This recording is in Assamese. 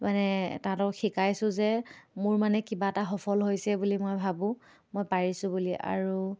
মানে তাহাঁতক শিকাইছোঁ যে মোৰ মানে কিবা এটা সফল হৈছে বুলি মই ভাবোঁ মই পাৰিছোঁ বুলি আৰু